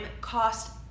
cost